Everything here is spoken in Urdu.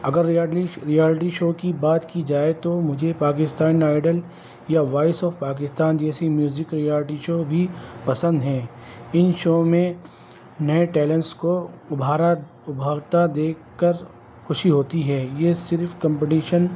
اگر ریاٹلی ریالٹی شو کی بات کی جائے تو مجھے پاکستان آئیڈل یا وائس آف پاکستان جیسی میوزک ریالٹی شو بھی پسند ہیں ان شو میں نئے ٹیلنس کو ابھارا ابھرتا دیکھ کر خوشی ہوتی ہے یہ صرف کمپٹیشن